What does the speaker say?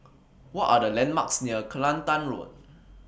What Are The landmarks near Kelantan Road